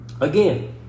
again